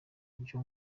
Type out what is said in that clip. byo